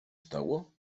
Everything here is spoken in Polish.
stało